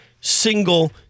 single